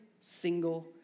single